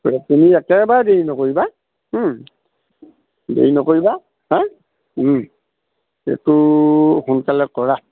গতিকে তুমি একেবাৰে দেৰি নকৰিবা দেৰি নকৰিবা হা এইটো সোনকালে কৰা